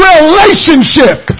Relationship